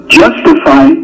justify